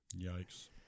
Yikes